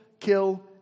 kill